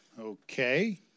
Okay